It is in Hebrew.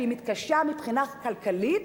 משפחה שמתקשה מבחינה כלכלית?